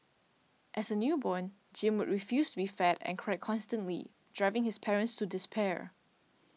as a newborn Jim would refuse to be fed and cried constantly driving his parents to despair